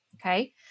okay